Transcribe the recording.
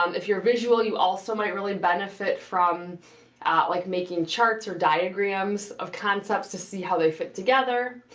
um if you're visual you also might really benefit from like making charts or diagrams of concepts to see how they fit together.